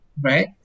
Right